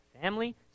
Family